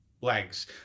legs